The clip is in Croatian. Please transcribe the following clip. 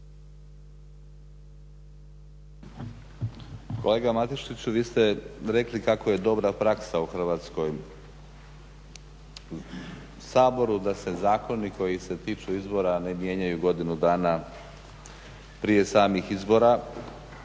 Kolega Matušiću, vi ste rekli kako je dobra praksa u Hrvatskoj u Saboru da se zakoni koji se tiču izbora ne mijenjaju godinu dana prije samih izbora.